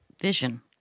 vision